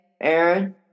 Aaron